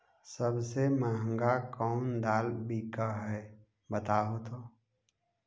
सबसे महंगा कोन दाल बिक है बताहु तो?